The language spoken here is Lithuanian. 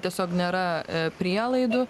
tiesiog nėra prielaidų